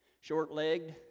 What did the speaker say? short-legged